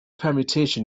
permutation